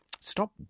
Stop